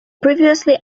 previously